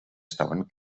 estaven